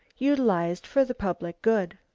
utilised for the public good.